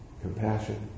Compassion